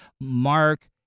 Mark